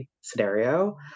scenario